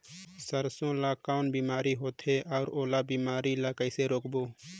सरसो मा कौन बीमारी होथे अउ ओला बीमारी ला कइसे रोकबो?